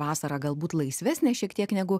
vasara galbūt laisvesnė šiek tiek negu